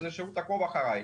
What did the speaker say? שזה שירות עקוב אחרי.